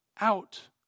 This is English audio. Out